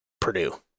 Purdue